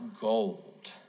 gold